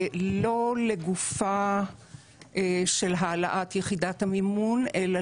לא לגופה של העלאת יחידת המימון אלא